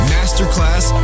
Masterclass